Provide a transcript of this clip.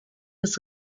des